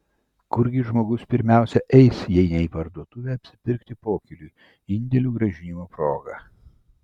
kurgi žmogus pirmiausia eis jei ne į parduotuvę apsipirkti pokyliui indėlių grąžinimo proga